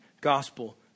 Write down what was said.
gospel